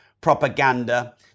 propaganda